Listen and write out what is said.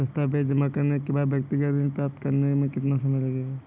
दस्तावेज़ जमा करने के बाद व्यक्तिगत ऋण प्राप्त करने में कितना समय लगेगा?